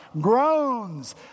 groans